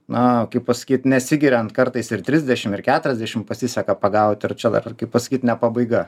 na kaip pasakyt nesigiriant kartais ir trisdešimt ir keturiasdešimt pasiseka pagauti ir čia dar kaip pasakyt ne pabaiga